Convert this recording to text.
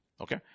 Okay